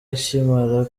ikimara